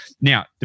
Now